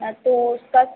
हाँ तो उसका